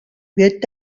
wird